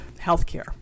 healthcare